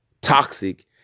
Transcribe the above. toxic